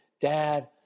dad